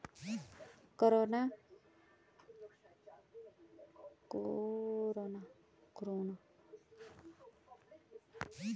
corona प्रकोप के चलते निजी बैंकों को जमा राशि खोनी पढ़ सकती है